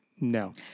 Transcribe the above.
No